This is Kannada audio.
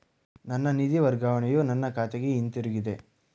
ನನ್ನ ನಿಧಿ ವರ್ಗಾವಣೆಯು ನನ್ನ ಖಾತೆಗೆ ಹಿಂತಿರುಗಿದೆ